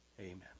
Amen